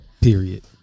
period